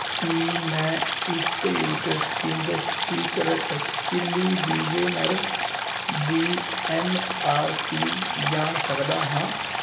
ਕੀ ਮੈਂ ਇੱਕ litre Ching's Secret chilli ਵਿਗੇਨਰ ਦੀ ਐੱਮ ਆਰ ਪੀ ਜਾਣ ਸਕਦਾ ਹਾਂ